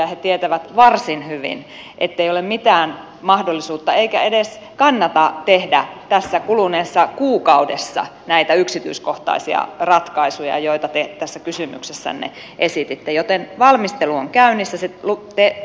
he tietävät varsin hyvin ettei ole mitään mahdollisuutta eikä edes kannata tehdä tässä kuluneessa kuukaudessa näitä yksityiskohtaisia ratkaisuja joita te tässä kysymyksessänne esititte joten valmistelu on käynnissä se tehdään huolella